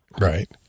Right